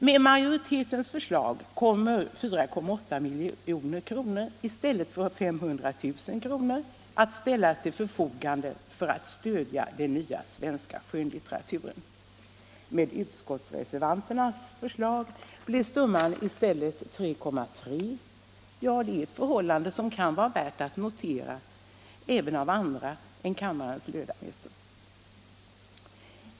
Med majoritetens förslag kommer 4,8 milj.kr. i stället för 500 000 kr. att ställas till förfogande för att stödja den nya svenska skönlitteraturen. Med utskottsreservanternas förslag blir summan i stället 3,3 milj.kr. — ett förhållande som kan vara värt att notera även av andra än kammarens ledamöter.